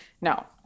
No